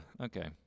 Okay